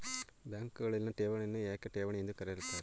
ಬ್ಯಾಂಕುಗಳಲ್ಲಿನ ಠೇವಣಿಗಳನ್ನು ಏಕೆ ಠೇವಣಿ ಎಂದು ಕರೆಯಲಾಗುತ್ತದೆ?